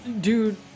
Dude